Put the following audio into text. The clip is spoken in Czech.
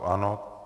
Ano.